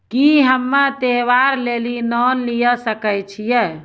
की हम्मय त्योहार लेली लोन लिये सकय छियै?